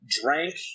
drank